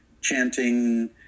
chanting